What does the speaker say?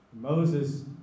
Moses